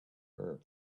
her